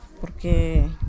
Porque